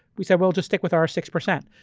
we said, we'll just stick with our six percent.